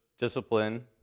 discipline